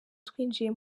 twinjiye